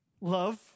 love